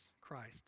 Christ